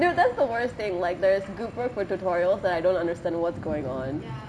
dude that's the worst thing like there's group work with tutorials that I don't understand what's going on